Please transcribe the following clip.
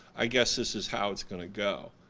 i guess this is how it's gonna go.